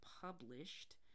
published